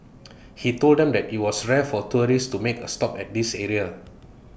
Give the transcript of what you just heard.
he told them that IT was rare for tourists to make A stop at this area